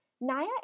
Naya